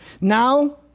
Now